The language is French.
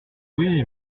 oui